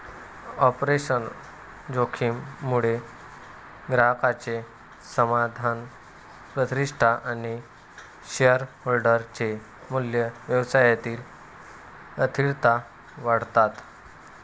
operational जोखीम मुळे ग्राहकांचे समाधान, प्रतिष्ठा आणि शेअरहोल्डर चे मूल्य, व्यवसायातील अस्थिरता वाढतात